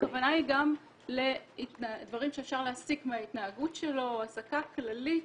הכוונה היא גם לדברים שאפשר להסיק מההתנהגות שלו הסקה כללית,